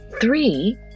Three